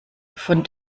von